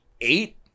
eight